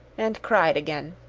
and cried again.